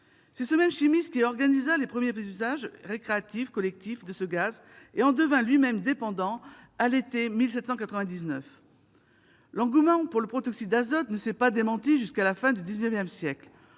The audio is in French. C'est ce même scientifique qui organisa les premiers usages récréatifs collectifs de ce gaz, à l'été de 1799, et en devint lui-même dépendant. L'engouement pour le protoxyde d'azote ne s'est pas démenti jusqu'à la fin du XIX siècle.